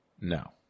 no